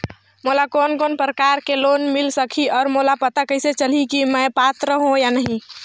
मोला कोन कोन प्रकार के लोन मिल सकही और मोला पता कइसे चलही की मैं पात्र हों या नहीं?